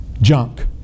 junk